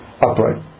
upright